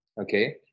okay